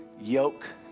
yoke